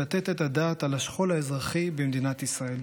היא לתת את הדעת על השכול האזרחי במדינת ישראל.